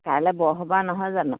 কাইলে বৰসবাহ নহয় জানো